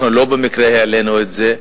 ולא במקרה העלינו את זה,